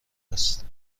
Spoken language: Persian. است